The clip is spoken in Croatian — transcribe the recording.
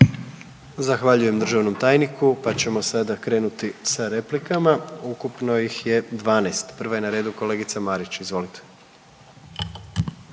Zahvaljujem državnom tajniku, pa ćemo sada krenuti sa replikama, ukupno ih je 12, prva je na redu kolegica Marić. Izvolite.